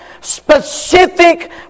specific